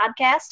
podcast